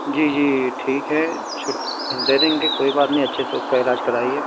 جی جی ٹھیک ہے چھٹی دے دیں گے کوئی بات نہیں اچھے سے اس کا علاج کرائیے